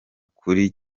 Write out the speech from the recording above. kuri